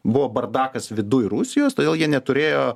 buvo bardakas viduj rusijos todėl jie neturėjo